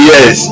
Yes